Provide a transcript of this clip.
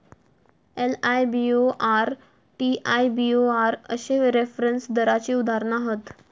LIBOR, TIBOR अश्ये reference दराची उदाहरणा हत